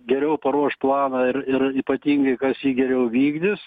geriau paruoš planą ir ir ypatingai kas jį geriau vykdys